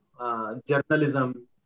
Journalism